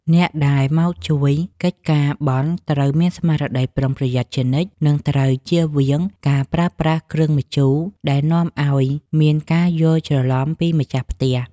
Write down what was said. អ្នកដែលមកជួយកិច្ចការបុណ្យត្រូវមានស្មារតីប្រុងប្រយ័ត្នជានិច្ច និងត្រូវជៀសវាងការប្រើប្រាស់គ្រឿងម្ជូរដែលនាំឱ្យមានការយល់ច្រឡំពីម្ចាស់ផ្ទះ។